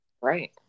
Right